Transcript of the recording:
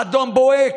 אדום בוהק.